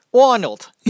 Arnold